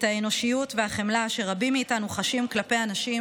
את האנושיות והחמלה שרבים מאיתנו חשים כלפי אנשים